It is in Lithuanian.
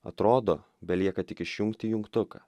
atrodo belieka tik išjungti jungtuką